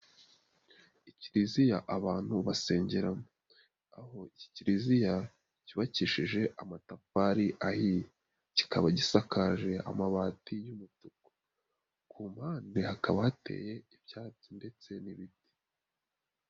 Ikiliziya abantu basengeramo aho iki kiliziya cyubakishije amatafari ahiye, kikaba gisakaje amabati y'umutuku ku mpande hakaba hateye ibyatsi ndetse n'ibiti.